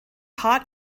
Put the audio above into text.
hot